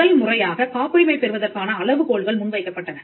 முதல்முறையாக காப்புரிமை பெறுவதற்கான அளவுகோல்கள் முன்வைக்கப்பட்டன